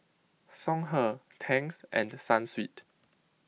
Songhe Tangs and Sunsweet